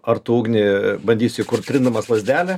ar tu ugnį bandysi įkurt trindamas lazdelę